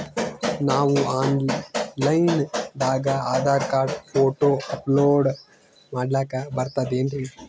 ನಾವು online ದಾಗ Aadhaar card, photo upload ಮಾಡ್ಲಕ ಬರ್ತದೇನ್ರಿ?